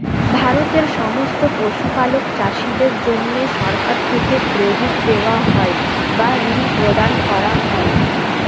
ভারতের সমস্ত পশুপালক চাষীদের জন্যে সরকার থেকে ক্রেডিট দেওয়া হয় বা ঋণ প্রদান করা হয়